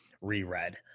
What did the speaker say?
reread